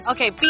Okay